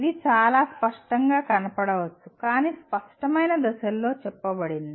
ఇది చెప్పేది ఇది చాలా స్పష్టంగా కనబడవచ్చు కాని స్పష్టమైన దశల్లో చెప్పబడింది